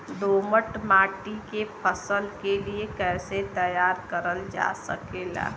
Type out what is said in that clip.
दोमट माटी के फसल के लिए कैसे तैयार करल जा सकेला?